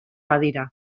badira